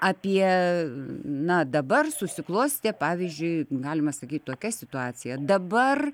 apie na dabar susiklostė pavyzdžiui galima sakyt tokia situacija dabar